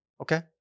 okay